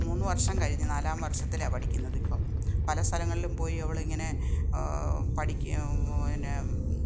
മൂന്ന് വർഷം കഴിഞ്ഞ് നാലാം വർഷത്തിലാണ് പഠിക്കുന്നത് ഇപ്പം പല സ്ഥലങ്ങളിലും പോയി അവളിങ്ങനെ പഠിക്കാ പിന്നെ